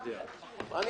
10:40.